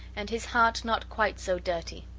and his heart not quite so dirty.